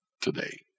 today